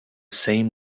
same